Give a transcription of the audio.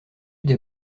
des